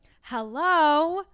Hello